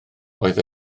oedd